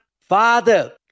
Father